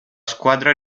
squadra